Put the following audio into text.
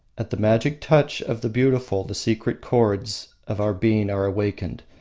at the magic touch of the beautiful the secret chords of our being are awakened,